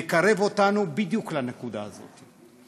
מקרב אותנו בדיוק לנקודה הזאת.